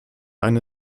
eine